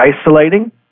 isolating